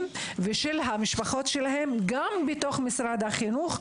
ושל המשפחות שלהם גם בתוך משרד החינוך,